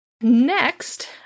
Next